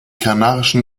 kanarischen